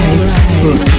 right